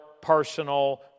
personal